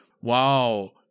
wow